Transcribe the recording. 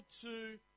two